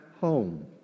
home